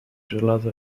żelaza